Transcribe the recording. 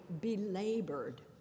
belabored